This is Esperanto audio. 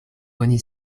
oni